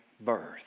birth